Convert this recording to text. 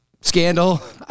scandal